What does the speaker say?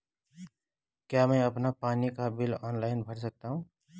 क्या मैं अपना पानी का बिल ऑनलाइन भर सकता हूँ?